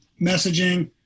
messaging